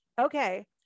okay